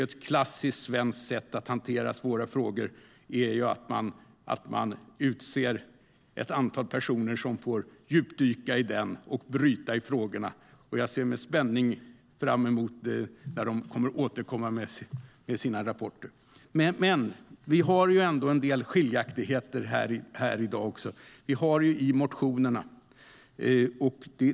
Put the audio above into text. Ett klassiskt svenskt sätt att hantera svåra frågor är ju att man utser ett antal personer som får djupdyka och bryta i frågorna, och jag ser med spänning fram emot när de återkommer med sina rapporter. Vi har ändå en del skiljaktigheter här i dag, i motionerna.